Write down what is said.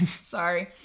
Sorry